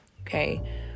okay